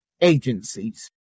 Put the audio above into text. agencies